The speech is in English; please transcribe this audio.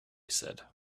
said